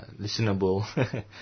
listenable